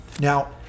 Now